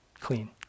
clean